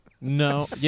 No